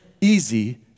easy